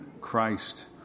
christ